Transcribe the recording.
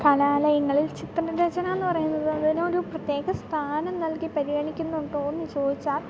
കലാലയങ്ങളിൽ ചിത്രരചനയെന്നു പറയുന്നത് അതിനൊരു പ്രത്യേക സ്ഥാനം നൽകി പരിഗണിക്കുന്നുണ്ടോയെന്നു ചോദിച്ചാൽ